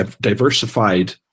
diversified